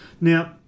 Now